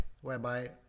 whereby